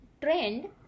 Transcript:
trend